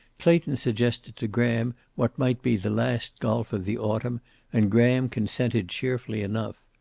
clayton suggested to graham what might be the last golf of the autumn and graham consented cheerfully enough.